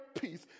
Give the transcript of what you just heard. peace